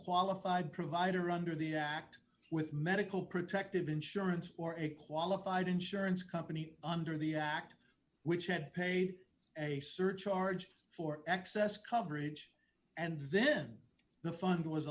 qualified provider under the act with medical protective insurance for a qualified insurance company under the act which had paid a surcharge for excess coverage and then the fund was